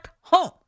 home